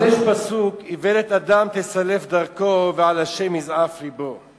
אז יש פסוק: איוולת אדם תסלף דרכו ועל ה' יזעף לבו.